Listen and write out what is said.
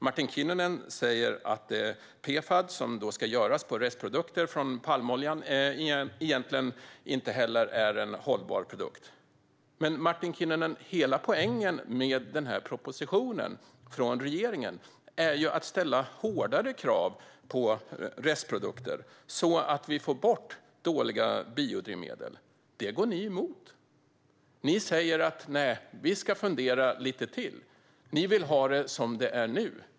Martin Kinnunen säger att PFAD, som ska göras på restprodukter från palmoljan, egentligen inte heller är en hållbar produkt. Men, Martin Kinnunen, hela poängen med propositionen från regeringen är att man ska ställa hårdare krav på restprodukter, så att vi får bort dåliga biodrivmedel. Detta går ni emot. Ni säger: Nej, vi ska fundera lite till. Ni vill ha det som det är nu.